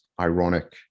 ironic